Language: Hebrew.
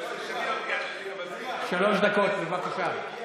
שלוש דקות, בבקשה.